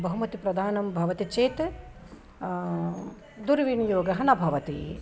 बहुमतिः प्रदानं भवति चेत् दुर्विन्योगः न भवति